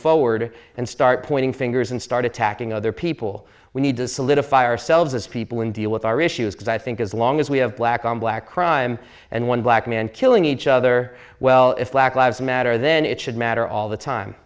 forward and start pointing fingers and start attacking other people we need to solidify ourselves as people and deal with our issues because i think as long as we have black on black crime and one black man killing each other well if black lives matter then it should matter all the time